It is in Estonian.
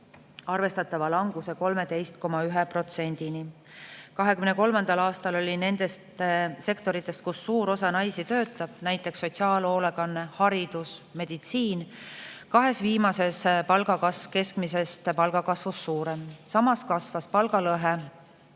arvestatava languse, 13,1%‑ni. 2023. aastal oli nendes sektorites, kus suures osas naised töötavad, näiteks sotsiaalhoolekanne, haridus, meditsiin, nendest kahes viimases palgakasv keskmisest palgakasvust suurem. Samas kasvas palgalõhe